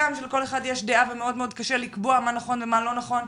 שלכל אחד יש דעה ומאוד קשה לקבוע מה נכון ומה לא נכון?